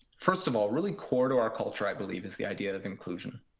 first of all, really core to our culture i believe is the idea of inclusion.